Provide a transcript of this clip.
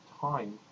time